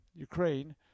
Ukraine